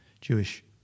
Jewish